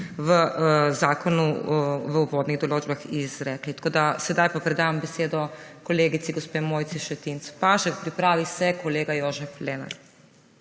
v zakonu v uvodnih določbah izrekli. Sedaj pa predajam besedo kolegici gospe Mojci Šetinc Pašek, pripravi se kolega Jožef Lenart.